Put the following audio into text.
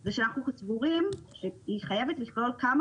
זה שאנחנו סבורים שהיא חייבים לכלול כמה